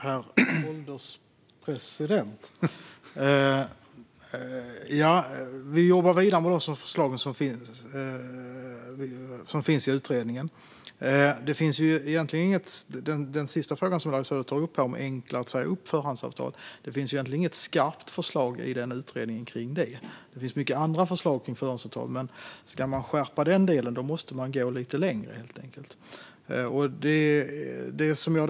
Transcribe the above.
Herr ålderspresident! Vi jobbar vidare med de förslag som finns i utredningen. Den sista frågan som Larry Söder tar upp - att det ska vara enklare att säga upp förhandsavtal - finns det egentligen inget skarpt förslag om i utredningen. Det finns många andra förslag vad gäller förhandsavtal, men om man ska skärpa denna del måste man helt enkelt gå lite längre.